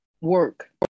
work